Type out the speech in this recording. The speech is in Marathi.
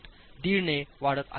5 ने वाढत आहे